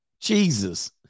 Jesus